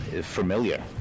familiar